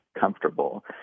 comfortable